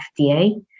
FDA